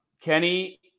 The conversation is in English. Kenny